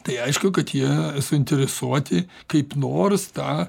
tai aišku kad jie suinteresuoti kaip nors tą